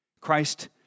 Christ